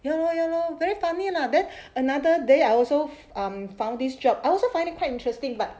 ya lor ya lor very funny lah then another day I also found this job I also find it quite interesting but